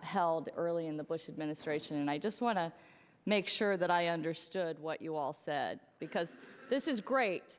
held early in the bush administration and i just want to make sure that i understood what you all said because this is great